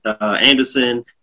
Anderson